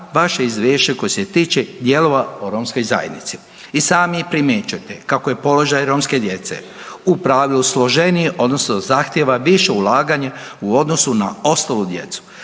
vaše izvješće koje se tiče dijelova o romskoj zajednici. I sami primjećujete kako je položaj romske djece u pravilu složeniji odnosno zahtjeva više ulaganje u odnosu na ostalu djecu,